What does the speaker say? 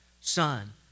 son